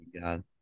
God